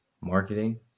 Marketing